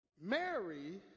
mary